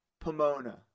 Pomona